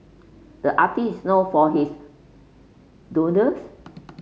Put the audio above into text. the artist is known for his doodles